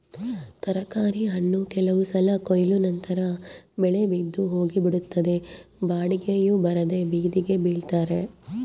ತರಕಾರಿ ಹಣ್ಣು ಕೆಲವು ಸಲ ಕೊಯ್ಲು ನಂತರ ಬೆಲೆ ಬಿದ್ದು ಹೋಗಿಬಿಡುತ್ತದೆ ಬಾಡಿಗೆಯೂ ಬರದೇ ಬೀದಿಗೆ ಚೆಲ್ತಾರೆ